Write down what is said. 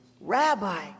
Rabbi